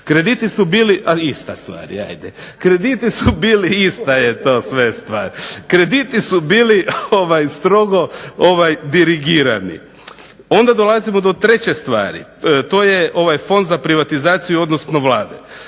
Krediti su bili, a ista stvar je, hajde. Krediti su bili ista je to sve stvar. Krediti su bili strogo dirigirani. Onda dolazimo do treće stvari. To je ovaj Fond za privatizaciju, odnosno Vlade.